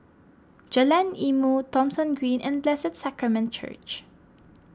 Jalan Ilmu Thomson Green and Blessed Sacrament Church